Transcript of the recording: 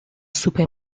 سوپ